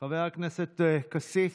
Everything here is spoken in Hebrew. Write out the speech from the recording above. חבר הכנסת כסיף,